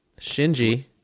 Shinji